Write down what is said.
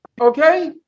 Okay